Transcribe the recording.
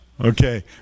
Okay